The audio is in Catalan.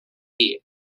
dies